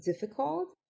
difficult